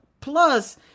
Plus